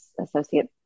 associate